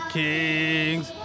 kings